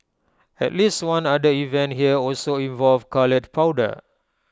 at least one other event here also involved coloured powder